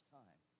time